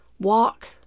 Walk